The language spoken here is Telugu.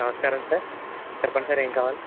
నమస్కారం సార్ చెప్పండి సార్ ఏం కావాలి